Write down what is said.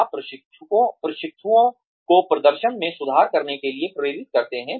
आप प्रशिक्षुओं को प्रदर्शन में सुधार करने के लिए प्रेरित करते हैं